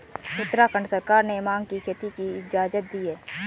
उत्तराखंड सरकार ने भाँग की खेती की इजाजत दी है